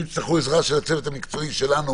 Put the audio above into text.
ואם תצטרכו עזרה של הצוות המקצועי שלנו